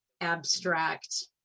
abstract